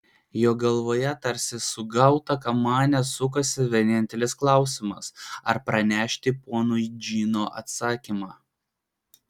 jo galvoje tarsi sugauta kamanė sukosi vienintelis klausimas ar pranešti ponui džino atsakymą